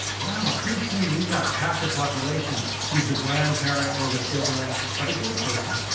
wow, pretty soon we've got half the population who's the grandparent or the sibling of a gay person.